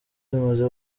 zimaze